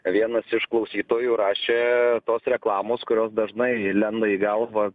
vienas iš klausytojų rašė tos reklamos kurios dažnai įlenda į galvą